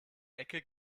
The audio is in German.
ecke